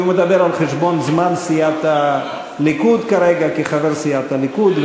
כי הוא מדבר על חשבון זמן סיעת הליכוד כרגע כחבר סיעת הליכוד,